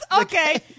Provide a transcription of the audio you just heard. okay